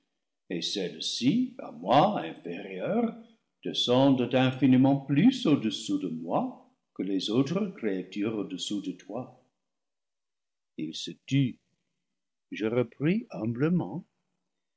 et celles-ci à moi inférieures des cendent infiniment plus au-dessous de moi que les autres créatures au-dessous de toi il se tut je repris